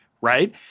right